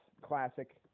classic